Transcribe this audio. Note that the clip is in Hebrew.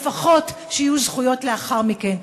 לפחות שיהיו זכויות לאחר מכן.